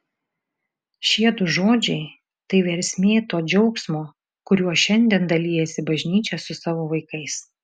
šie du žodžiai tai versmė to džiaugsmo kuriuo šiandien dalijasi bažnyčia su savo vaikais